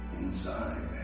inside